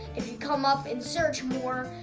if you come up in search more,